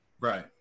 Right